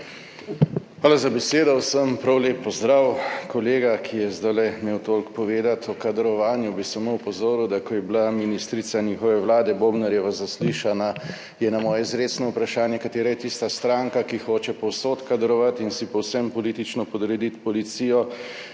Hvala za besedo. Vsem prav lep pozdrav. Kolega, ki je zdajle imel toliko povedati o kadrovanju, bi samo opozoril, da ko je bila ministrica njihove vlade, Bobnarjeva, zaslišana, je na moje izrecno vprašanje, katera je tista stranka, ki hoče povsod kadrovati in si povsem politično podrediti policijo,